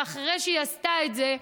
ואחרי שהיא עשתה את זה,